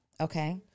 Okay